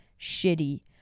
shitty